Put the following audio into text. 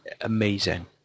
amazing